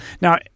Now